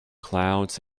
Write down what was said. clouds